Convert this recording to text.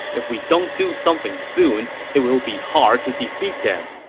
if we don't do something soon, it will be hard to defeat them.